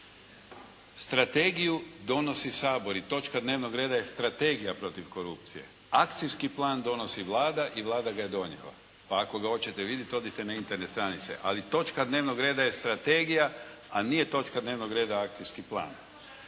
strategiju donosi Sabor i točka dnevnog reda je strategija protiv korupcije. Akcijski plan donosi Vlada i Vlada ga je donijela pa ako ga hoćete vidjeti odite na Internet stranice. Ali točka dnevnog reda je strategija a nije točka dnevnog reda akcijski plan.